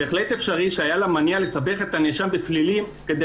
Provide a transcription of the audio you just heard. בהחלט אפשרי שהיה לה מניע לסבך את הנאשם בפלילים כדי